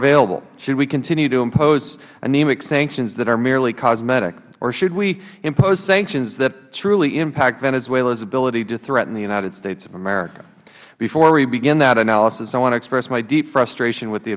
available should we continue to impose anemic sanctions that are merely cosmetic or should we impose sanctions that truly impact venezuela's ability to threaten the united states of america before we begin that analysis i want to express my deep frustration with the